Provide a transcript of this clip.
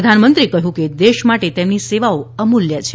પ્રધાનમંત્રીએ કહ્યું કે દેશ માટેની તેમની સેવાઓ અમુલ્ય છે